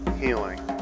healing